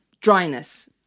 dryness